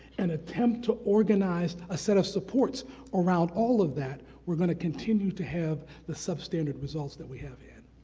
and attempt to organize a set of supports around all of that, we're gonna continue to have the substandard results that we have had.